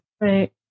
Right